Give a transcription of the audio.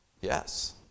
yes